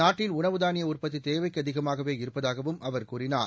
நாட்டின் உணவு தானிய உற்பத்தி தேவைக்கு அதிகமாகவே இருப்பதாகவும் அவர் கூறினார்